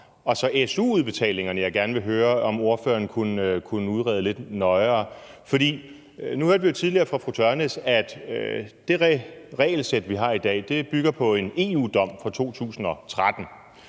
og så su-udbetalingerne, jeg gerne vil høre om ordføreren kunne udrede lidt nøjere. For nu hørte vi jo tidligere fra fru Ulla Tørnæs, at det regelsæt, vi har i dag, bygger på en EU-dom fra 2013,